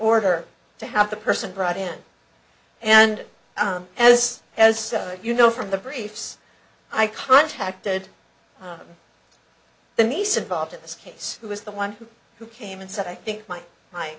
order to have the person brought in and as as you know from the briefs i contacted the nice involved in this case who was the one who came and said i think my my